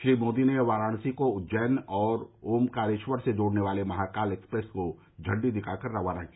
श्री मोदी ने वाराणसी को उज्जैन और ओमकारेश्वर से जोड़ने वाली महाकाल एक्सप्रेस को झंडी दिखाकर रवाना किया